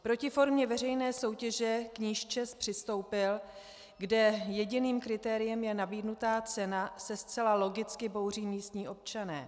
Proti formě veřejné soutěže, k níž ČEZ přistoupil, kde jediným kritériem je nabídnutá cena, se zcela logicky bouří místní občané.